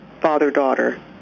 father-daughter